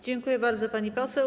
Dziękuję bardzo, pani poseł.